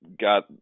got